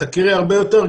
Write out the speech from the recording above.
תכירי הרבה יותר,